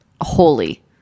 holy